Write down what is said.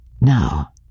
Now